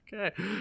Okay